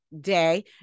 day